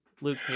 Luke